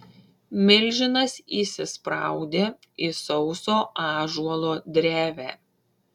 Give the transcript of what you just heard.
milžinas įsispraudė į sauso ąžuolo drevę